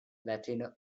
latino